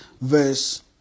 verse